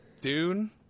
Dune